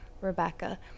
Rebecca